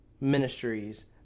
ministries